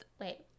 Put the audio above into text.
Wait